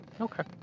Okay